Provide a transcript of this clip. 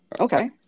Okay